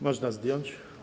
Można zdjąć.